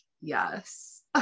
yes